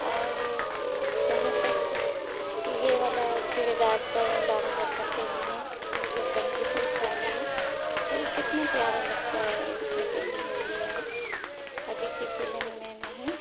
और जहाँ तक यह वाला चूड़ीदार पर लॉंग जम्पर पहनिए उस पर बंदी सेट डालिए तो कितना प्यारा लगता है उसमें पहनी हुई है अभी की फिलीम मैंने ही